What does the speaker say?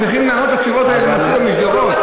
צריכים לענות את התשובות האלה למסעודה משדרות.